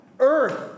earth